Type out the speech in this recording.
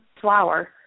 flower